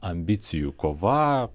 ambicijų kova